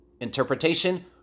Interpretation